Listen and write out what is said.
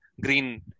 Green